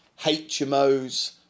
HMOs